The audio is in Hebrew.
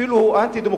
אפילו הוא אנטי-דמוקרטי,